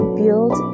build